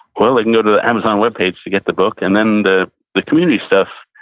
well they can go to the amazon webpage to get the book. and then the the community stuff,